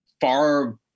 far